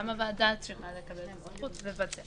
גם הוועדה צריכה לקבל את הסמכות לבטל.